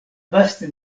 vaste